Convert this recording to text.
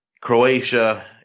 Croatia